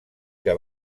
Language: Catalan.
que